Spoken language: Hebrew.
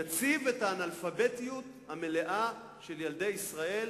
יציב את האנאלפבתיות המלאה של ילדי ישראל